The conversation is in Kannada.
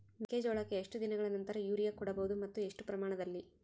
ಮೆಕ್ಕೆಜೋಳಕ್ಕೆ ಎಷ್ಟು ದಿನಗಳ ನಂತರ ಯೂರಿಯಾ ಕೊಡಬಹುದು ಮತ್ತು ಎಷ್ಟು ಪ್ರಮಾಣದಲ್ಲಿ?